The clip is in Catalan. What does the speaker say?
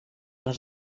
les